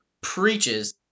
preaches